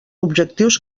objectius